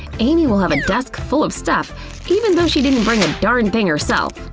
amy will have a desk full of stuff even though she didn't bring a darn thing herself.